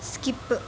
skip